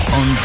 on